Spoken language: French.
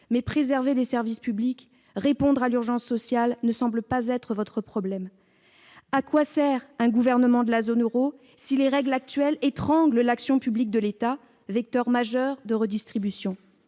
cela, préserver nos services publics et répondre à l'urgence sociale, ne semble pas être votre problème. À quoi sert un gouvernement de la zone euro si les règles actuelles étranglent l'action publique de l'État, vecteur majeur de redistribution ?